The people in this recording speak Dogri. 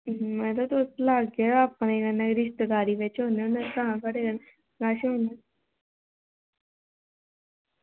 ते मड़ो तुस साढ़ी रिश्तेदारी बिच औने होने तां अस